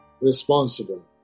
responsible